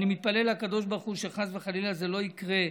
"ואני מתפלל לקדוש ברוך הוא שחס וחלילה זה לא יקרה",